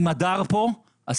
עם הדר פה ואורן ,